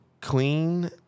clean